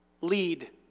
lead